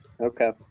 Okay